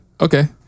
okay